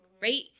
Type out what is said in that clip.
right